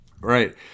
right